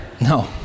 No